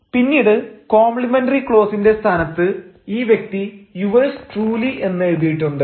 പിന്നീട് കോംപ്ലിമെന്ററി ക്ലോസിന്റെ സ്ഥാനത്ത് ഈ വ്യക്തി യുവേഴ്സ് ട്രൂലി എന്നെഴുതിയിട്ടുണ്ട്